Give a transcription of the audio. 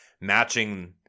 matching